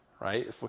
right